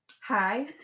Hi